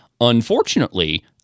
Unfortunately